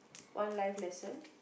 one life lesson